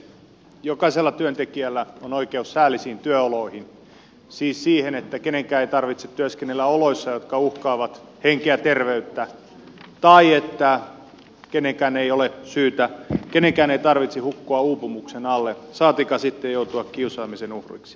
jokaisella työntekijällä on oikeus säällisiin työoloihin siis siihen että kenenkään ei tarvitse työskennellä oloissa jotka uhkaavat henkeä ja terveyttä tai että kenenkään ei tarvitse hukkua uupumuksen alle saatikka sitten joutua kiusaamisen uhriksi